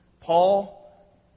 Paul